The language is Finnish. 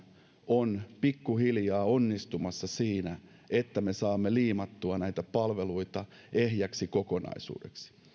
on pikkuhiljaa onnistumassa siinä että me saamme liimattua näitä palveluita ehjäksi kokonaisuudeksi